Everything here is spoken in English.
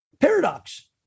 paradox